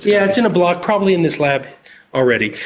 yeah it's in a block, probably in this lab already.